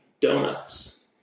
donuts